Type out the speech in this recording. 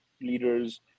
leaders